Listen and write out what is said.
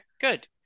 good